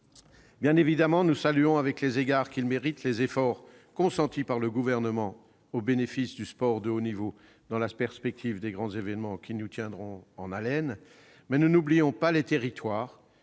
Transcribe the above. Bien sûr, nous saluons, avec les égards qu'ils méritent, les efforts consentis par le Gouvernement en faveur du sport de haut niveau dans la perspective des grands événements qui nous tiendront en haleine, mais nous n'oublions pas les territoires,